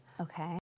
okay